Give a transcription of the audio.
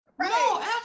No